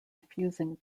refusing